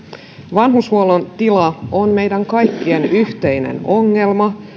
vanhushuollon tila on meidän kaikkien yhteinen ongelma